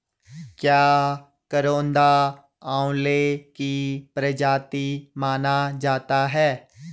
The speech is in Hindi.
क्या करौंदा आंवले की प्रजाति माना जाता है?